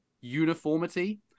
uniformity